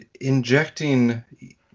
injecting